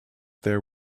there